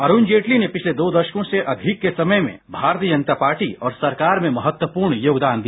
अरुण जेटली ने पिछले दो दशकों से अधिक के समय में भारतीय जनता पार्टी और सरकार में महत्वपूर्ण योगदान दिया